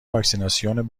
واکسیناسیون